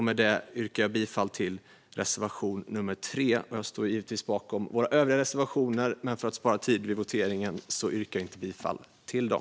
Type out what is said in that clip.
Med detta yrkar jag bifall till reservation 3. Jag står givetvis bakom även våra övriga reservationer, men för att spara tid vid voteringen yrkar jag inte bifall till dem.